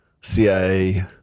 CIA